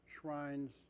shrines